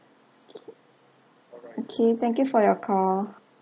okay thank you for your call